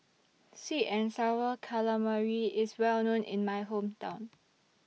Sweet and Sour Calamari IS Well known in My Hometown